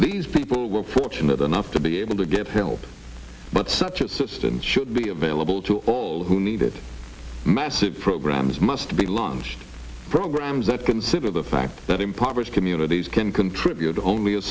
these people were fortunate enough to be able to get help but such a system should be available to all who need it massive programs must be launched programs that consider the fact that impoverished communities can contribute only a